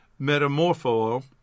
Metamorpho